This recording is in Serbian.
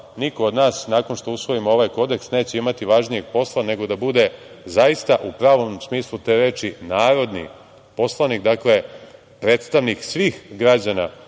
od nas nakon što usvojimo ovaj kodeks neće imati važnijeg posla nego da bude zaista u pravom smislu te reči narodni poslanik, dakle, predstavnik svih građana